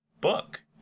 book